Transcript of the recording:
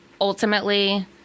Ultimately